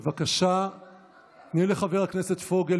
בבקשה תני לחבר הכנסת פוגל,